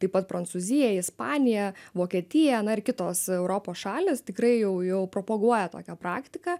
taip pat prancūzija ispanija vokietija na ir kitos europos šalys tikrai jau jau propaguoja tokią praktiką